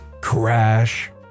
Crash